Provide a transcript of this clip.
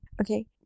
Okay